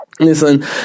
Listen